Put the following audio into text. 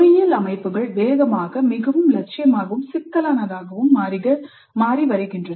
பொறியியல் அமைப்புகள் வேகமாக மிகவும் லட்சியமாகவும் சிக்கலானதாகவும் மாறி வருகின்றன